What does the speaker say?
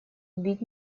бить